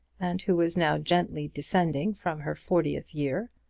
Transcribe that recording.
and who was now gently descending from her fortieth year,